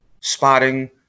spotting